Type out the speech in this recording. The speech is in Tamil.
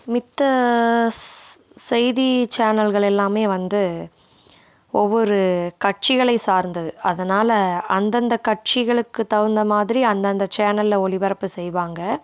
மத்த ஸ் செய்தி சேனல்கள் எல்லாமே வந்து ஒவ்வொரு கட்சிகளை சார்ந்தது அதனால் அந்தந்த கட்சிகளுக்கு தகுந்த மாதிரி அந்தந்த சேனல்ல ஒளிபரப்பு செய்வாங்கள்